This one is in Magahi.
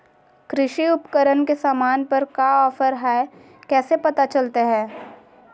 कृषि उपकरण के सामान पर का ऑफर हाय कैसे पता चलता हय?